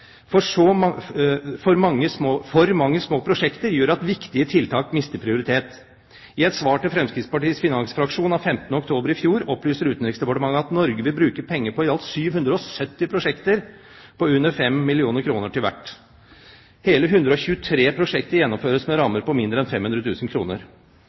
For mange små prosjekter gjør at viktigere tiltak mister prioritet. I et svar til Fremskrittspartiets finansfraksjon av 15. oktober i fjor opplyser Utenriksdepartementet at Norge vil bruke penger på i alt 770 prosjekter, med under 5 mill. kr til hvert. Hele 123 prosjekter gjennomføres med